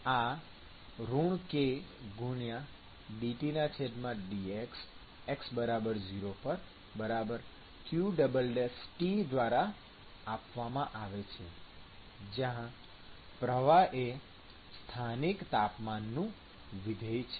આ kdTdx|x0 q દ્વારા આપવામાં આવે છે જ્યાં પ્રવાહ એ સ્થાનિક તાપમાનનું વિધેય છે